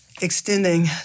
extending